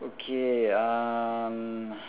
okay um